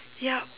yup